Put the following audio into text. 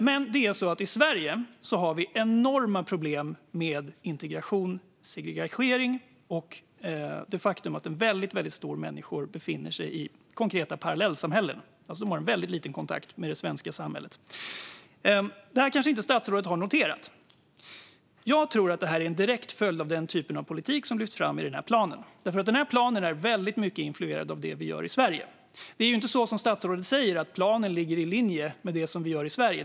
Men det är så att i Sverige har vi enorma problem med integration, segregering och det faktum att en väldigt stor mängd människor befinner sig i konkreta parallellsamhällen och alltså har väldigt lite kontakt med det svenska samhället. Det här kanske inte statsrådet har noterat. Jag tror att detta är en direkt följd av den typ av politik som lyfts fram i den här planen, för den här planen är väldigt influerad av det vi gör i Sverige. Det är ju inte så som statsrådet säger att planen ligger i linje med det vi gör i Sverige.